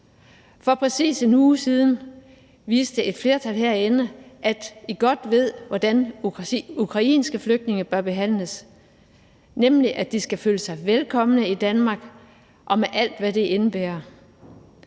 For præcis en uge siden viste et flertal herinde, at I godt ved, hvordan ukrainske flygtninge skal behandles, de skal nemlig føle sig velkomne i Danmark og med alt, hvad det indebærer.